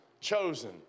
chosen